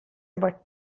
about